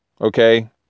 okay